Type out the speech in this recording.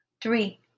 three